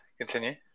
Continue